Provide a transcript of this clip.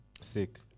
sick